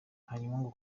hanyuma